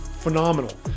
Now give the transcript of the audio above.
phenomenal